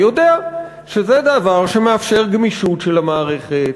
יודע שזה דבר שמאפשר גמישות של המערכת,